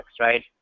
right